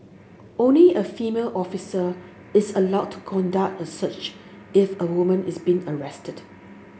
only a female officer is allowed to conduct a search if a woman is being arrested